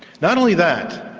not only that,